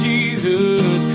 Jesus